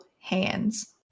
hands